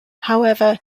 however